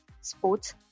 sports